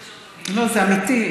לא, זה אמיתי.